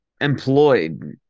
employed